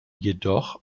jedoch